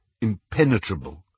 Impenetrable